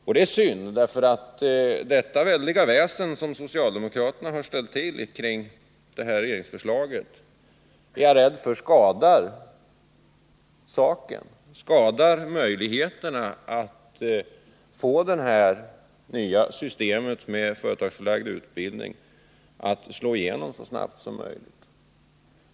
Jag är rädd för att det väldiga väsen som socialdemokraterna ställt till kring regeringsförslaget skadar saken, skadar möjligheterna för det nya systemet med företagsförlagd utbildning att slå igenom så snabbt som möjligt.